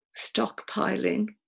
stockpiling